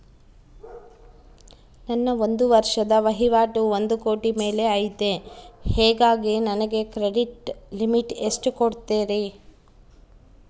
ನನ್ನ ಒಂದು ವರ್ಷದ ವಹಿವಾಟು ಒಂದು ಕೋಟಿ ಮೇಲೆ ಐತೆ ಹೇಗಾಗಿ ನನಗೆ ಕ್ರೆಡಿಟ್ ಲಿಮಿಟ್ ಎಷ್ಟು ಕೊಡ್ತೇರಿ?